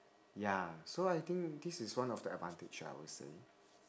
ya so I think this is one of the advantage I would say